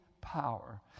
power